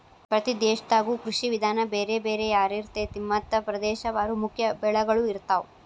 ಪ್ರತಿ ದೇಶದಾಗು ಕೃಷಿ ವಿಧಾನ ಬೇರೆ ಬೇರೆ ಯಾರಿರ್ತೈತಿ ಮತ್ತ ಪ್ರದೇಶವಾರು ಮುಖ್ಯ ಬೆಳಗಳು ಇರ್ತಾವ